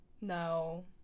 No